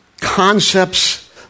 concepts